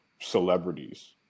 celebrities